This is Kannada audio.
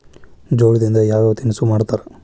ಜೋಳದಿಂದ ಯಾವ ತಿನಸು ಮಾಡತಾರ?